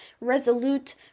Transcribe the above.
resolute